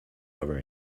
over